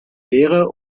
lehre